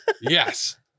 Yes